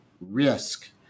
risk